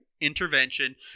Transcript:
intervention